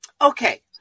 Okay